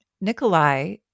Nikolai